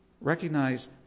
Recognize